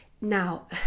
Now